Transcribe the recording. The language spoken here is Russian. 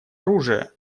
оружия